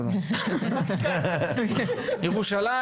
ירושלים,